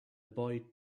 boy